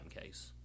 case